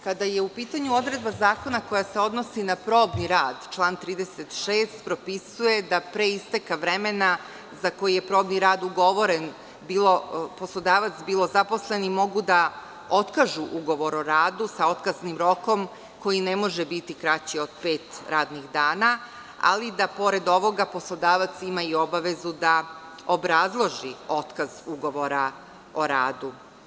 Kada je upitanju odredba zakona koja se odnosi na probni rad, član 36. propisuje da pre isteka vremena za koji je probni rad ugovoren, bilo poslodavac, bilo zaposleni, mogu da otkažu ugovor o radu sa otkaznim rokom koji ne može biti kraći od pet radnih dana ali da pored ovoga poslodavac ima i obavezu da obrazloži otkaz ugovora o radu.